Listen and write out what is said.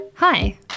Hi